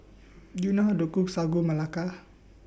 Do YOU know How to Cook Sagu Melaka